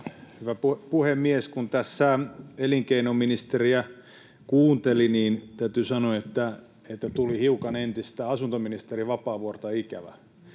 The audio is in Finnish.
puhemies! Kun tässä elinkeinoministeriä kuunteli, niin täytyy sanoa, että tuli hiukan entistä asuntoministeri Vapaavuorta ikävä.